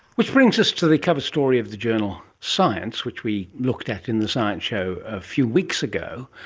which brings us to the cover story of the journal science, which we looked at in the science show a few weeks ago,